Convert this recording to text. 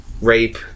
rape